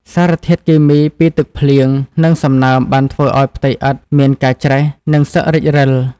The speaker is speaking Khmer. សារធាតុគីមីពីទឹកភ្លៀង និងសំណើមបានធ្វើឱ្យផ្ទៃឥដ្ឋមានការច្រេះ និងសឹករិចរិល។